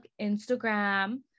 Instagram